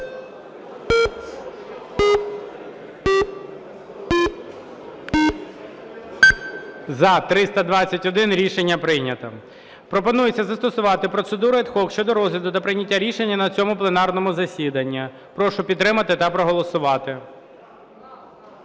За-321 Рішення прийнято. Пропонується застосувати процедуру ad hoc щодо розгляду та прийняття рішення на цьому пленарному засіданні. Прошу підтримати та проголосувати.